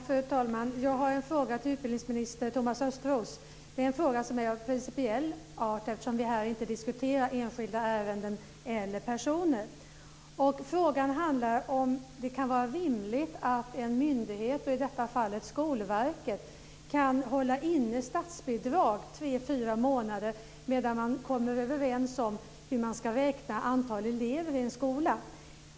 Fru talman! Jag har en fråga till utbildningsminister Thomas Östros. Det är en fråga som är av principiell art eftersom vi här inte diskuterar enskilda ärenden eller personer. Frågan är om det kan vara rimligt att en myndighet, i detta fall Skolverket, kan hålla inne statsbidrag tre fyra månader medan man kommer överens om hur man ska räkna antalet elever i en skola.